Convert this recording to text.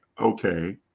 okay